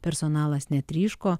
personalas netryško